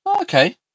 Okay